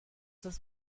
das